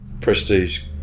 prestige